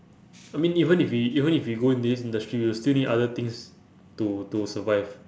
I mean even if we even if we go in this industry we'll still need other things to to survive